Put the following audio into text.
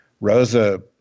Rosa